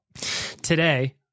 today